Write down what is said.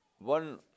One